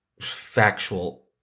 factual